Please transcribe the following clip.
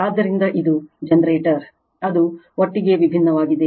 ಆದ್ದರಿಂದ ಇದು ಅದು ಒಟ್ಟಿಗೆ ವಿಭಿನ್ನವಾಗಿದೆ